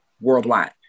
worldwide